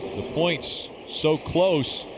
the points so close.